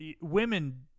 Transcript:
Women